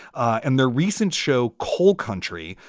and the recent show, coal country,